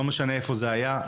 לא משנה איפה זה היה.